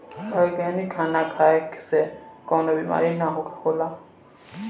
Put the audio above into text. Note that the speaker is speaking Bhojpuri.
ऑर्गेनिक खाना खाए से कवनो बीमारी ना होला